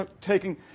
taking